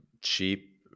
cheap